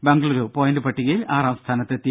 Bengaluru point പട്ടികയിൽ ആറാം സ്ഥാനത്തെത്തി